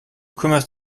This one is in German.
kümmerst